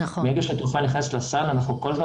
ברגע שתרופה נכנסת לסל אנחנו כל הזמן